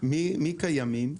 מי קיימים?